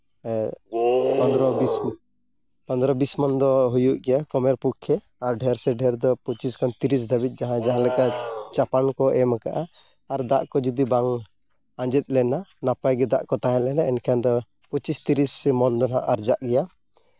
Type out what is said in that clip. ᱦᱮᱸ ᱯᱚᱱᱮᱨᱚ ᱵᱤᱥ ᱯᱚᱱᱮᱨᱚ ᱵᱤᱥ ᱢᱚᱱ ᱫᱚ ᱦᱩᱭᱩᱜ ᱜᱮᱭᱟ ᱠᱚᱢᱮᱨ ᱯᱚᱠᱠᱷᱮ ᱟᱨ ᱰᱷᱮᱨ ᱥᱮ ᱰᱷᱮᱨ ᱫᱚ ᱯᱚᱸᱪᱤᱥ ᱠᱷᱚᱱ ᱛᱤᱨᱤᱥ ᱫᱷᱟᱹᱵᱤᱡ ᱡᱟᱦᱟᱸᱭ ᱡᱟᱦᱟᱸ ᱞᱮᱠᱟ ᱪᱟᱯᱟᱱ ᱠᱚᱭ ᱮᱢ ᱠᱟᱜᱼᱟ ᱟᱨ ᱫᱟᱜ ᱠᱚ ᱡᱩᱫᱤ ᱵᱟᱝ ᱟᱸᱡᱮᱫ ᱞᱮᱱᱟ ᱱᱟᱯᱟᱭᱜᱮ ᱫᱟᱜ ᱠᱚ ᱛᱟᱦᱮᱸᱞᱮᱱᱟ ᱮᱱᱠᱷᱟᱱ ᱫᱚ ᱯᱚᱸᱪᱤᱥ ᱛᱤᱨᱤᱥ ᱢᱚᱱ ᱫᱚ ᱦᱟᱸᱜ ᱟᱨᱡᱟᱜ ᱜᱮᱭᱟ